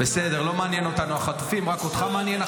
החטופים לא מעניין אותם